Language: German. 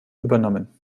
übernommen